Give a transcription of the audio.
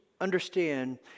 understand